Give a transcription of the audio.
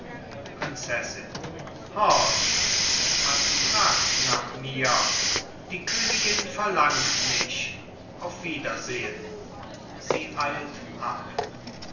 prinzessin horch man fragt nach mir die königin verlangt mich auf wiedersehen sie eilt ab